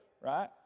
right